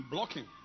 Blocking